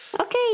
Okay